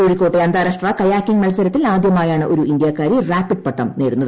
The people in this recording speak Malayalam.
കോഴിക്കോട്ടെ അന്താരഷ്ട്ര കയാക്കിംഗ് മത്സരത്തിൽ ആദ്യമായാണ് ഒരു ഇന്ത്യക്കാരി റാപിഡ് പട്ടം നേടുന്നത്